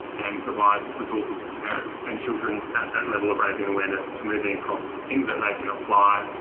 and provide resources for parents and children at that level of raising awareness, to moving across to things that they can apply.